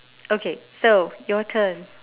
okay so your turn